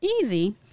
Easy